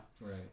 Right